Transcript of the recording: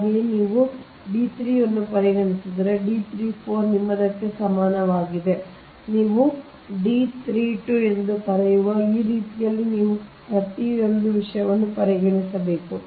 ಹಾಗೆಯೇ ನೀವು ಈ D 31 ಅನ್ನು ಪರಿಗಣಿಸಿದರೆ D 34 ನಿಮ್ಮದಕ್ಕೆ ಸಮಾನವಾಗಿದೆ ನೀವು D 32 ಎಂದು ಕರೆಯುವ ಈ ರೀತಿಯಲ್ಲಿ ನೀವು ಪ್ರತಿಯೊಂದು ವಿಷಯವನ್ನು ಪರಿಗಣಿಸಬೇಕು